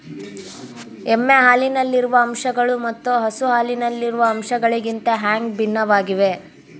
ಎಮ್ಮೆ ಹಾಲಿನಲ್ಲಿರುವ ಅಂಶಗಳು ಮತ್ತ ಹಸು ಹಾಲಿನಲ್ಲಿರುವ ಅಂಶಗಳಿಗಿಂತ ಹ್ಯಾಂಗ ಭಿನ್ನವಾಗಿವೆ?